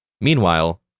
Meanwhile